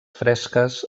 fresques